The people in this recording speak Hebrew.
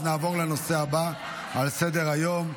נעבור לנושא הבא על סדר-היום,